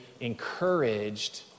encouraged